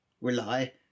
rely